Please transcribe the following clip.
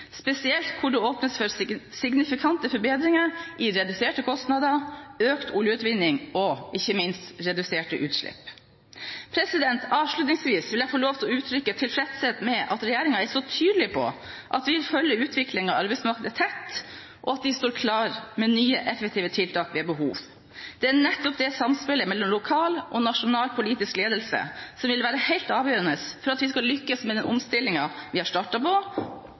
spesielt hvor det åpnes for signifikante forbedringer i form av reduserte kostnader, økt oljeutvinning og, ikke minst, reduserte utslipp. Avslutningsvis vil jeg få uttrykke tilfredshet med at regjeringen er så tydelig på at de vil følge utviklingen i arbeidsmarkedet tett, og at de står klar med nye, effektive tiltak ved behov. Det er nettopp samspillet mellom lokal og nasjonal politisk ledelse som vil være helt avgjørende for at vi skal lykkes med den omstillingen vi har startet på,